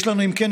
אם כן,